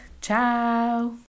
Ciao